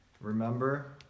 Remember